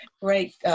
great